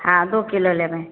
हँ दू किलो लेबे